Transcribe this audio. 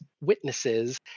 witnesses